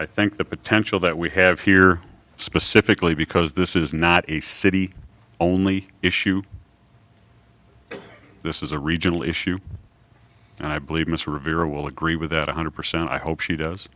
i think the potential that we have here specifically because this is not a city only issue this is a regional issue and i believe mr avira will agree with that one hundred percent i hope she does